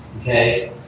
okay